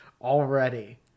already